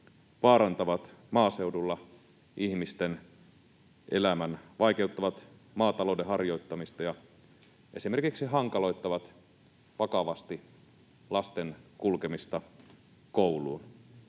vaarantavat maaseudulla ihmisten elämän, vaikeuttavat maatalouden harjoittamista ja esimerkiksi hankaloittavat vakavasti lasten kulkemista kouluun.